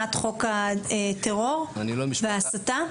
מבחינת חוק הטרור וההסתה?